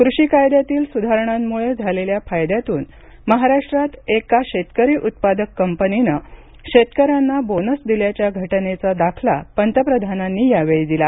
कृषी कायद्यातील सुधारणांमुळे झालेल्या फायद्यातून महाराष्ट्रात एका शेतकरी उत्पादक कंपनीनं शेतकऱ्यांना बोनस दिल्याच्या घटनेचा दाखला पंतप्रधानांनी यावेळी दिला